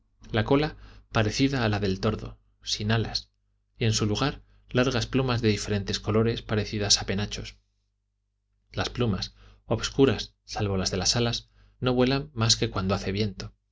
la cola parecida a la del tordo sin alas y en su lugar largas plumas de diferentes colores parecidas a penachos las plumas obscuras salvo las de las alas no vuelan mas que cuando hace viento